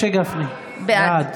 בעד